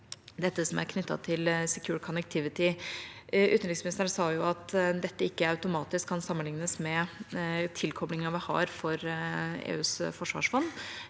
dette som er knyttet til EU Secure Connectivity Programme. Utenriksministeren sa at dette ikke automatisk kan sammenlignes med tilkoblingen vi har for EUs forsvarsfond,